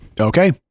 Okay